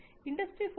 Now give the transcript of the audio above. industry 4